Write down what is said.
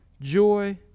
Joy